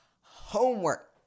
Homework